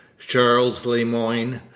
charles le moyne,